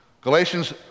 Galatians